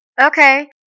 Okay